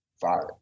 fire